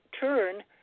turn